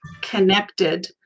connected